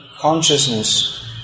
Consciousness